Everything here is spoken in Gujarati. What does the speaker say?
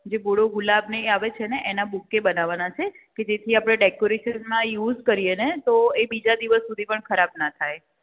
જે બુડો ગુલાબને એ આવે છે ને એના બુકે બનાવાના છે કે જેથી આપળે ડેકોરેશનમાં ઇ યુસ કરીએ ને તો એ બીજા દિવસ સુધી પણ ખરાબ ના થાયે